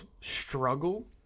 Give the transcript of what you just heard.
struggle